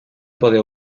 poder